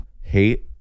hate